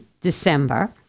December